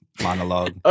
monologue